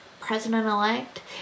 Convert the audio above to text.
president-elect